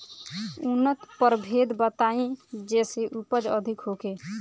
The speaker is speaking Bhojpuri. उन्नत प्रभेद बताई जेसे उपज अधिक होखे?